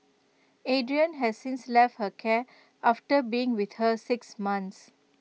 Adrian has since left her care after being with her six months